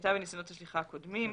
שננקטה בניסיונות השליחה הקודמים.